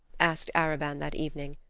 asked arobin that evening.